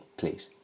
please